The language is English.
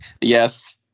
Yes